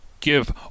give